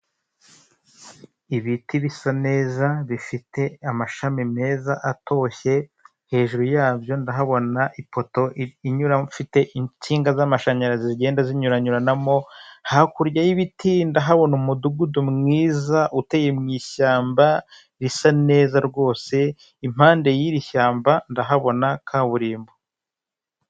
Ibiti bisa neza, bifite amashami meza atoshye, hejuru yabyo ndahabona ipoto ifite insinga z'amashanyarazi zigenda zinyuranyuranamo, hakurya y'ibiti ndahabona umudugudu mwiza utuye mu ishyamba risa neza rwose, impande y'iri shyamba ndahabona kaburimbo.